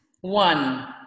one